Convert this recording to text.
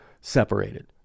separated